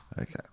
Okay